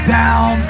down